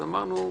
אז אמרנו,